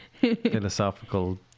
philosophical